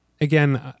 again